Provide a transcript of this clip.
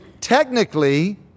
Technically